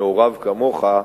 ומעורב כמוך,